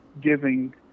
Giving